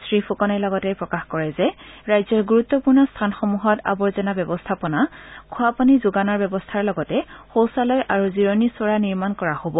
শ্ৰীফুকনে লগতে কয় যে ৰাজ্যৰ গুৰুত্বপূৰ্ণ স্থানসমূহত আৱৰ্জনা ব্যৱস্থাপনা খোৱাপানী যোগানৰ ব্যৱস্থাৰ লগতে শৌচালয় আৰু জিৰণি চৰা নিৰ্মাণ কৰা হব